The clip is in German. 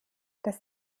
das